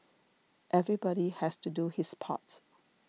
everybody has to do his part